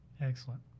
Excellent